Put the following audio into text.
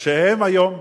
שהם היום,